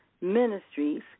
Ministries